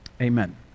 amen